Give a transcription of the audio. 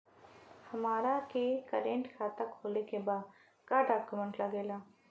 हमारा के करेंट खाता खोले के बा का डॉक्यूमेंट लागेला?